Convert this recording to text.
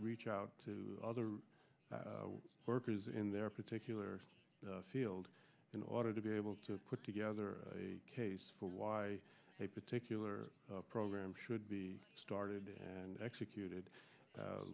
reach out to other workers in their particular field in order to be able to put together a case for why a particular program should be started and executed